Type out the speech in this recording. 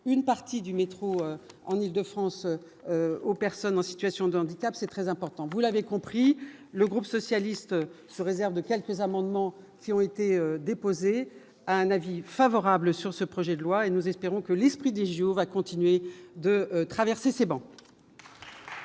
une partie du métro en Île-de-France aux personnes en situation de handicap, c'est très important, vous l'avez compris le groupe socialiste se réserve de quelques amendements qui ont été déposées, un avis favorable sur ce projet de loi et nous espérons que l'esprit des jours à continuer de traverser ces bon.